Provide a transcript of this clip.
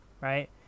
Right